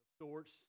sorts